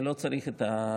אני לא צריך את הסיוע.